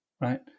right